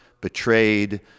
betrayed